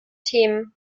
themen